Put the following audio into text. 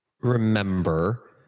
remember